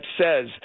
says